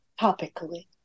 topically